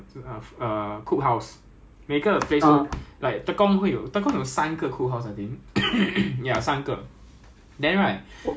then 你会 realise 有一个 cookhouse right 是那个 cookhouse hor 很多 commander 回去的就是 like 那种 big shot ah 那种 star 还是那种 crab 会去的 hor